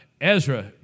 Ezra